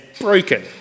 broken